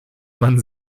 man